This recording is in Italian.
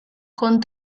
con